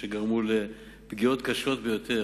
שגרמו לפגיעות קשות ביותר.